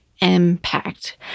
impact